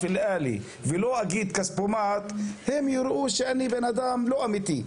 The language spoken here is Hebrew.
אלעלי ולא כספומט הם יחשבו שאני בן אדם לא אמיתי,